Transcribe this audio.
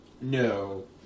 No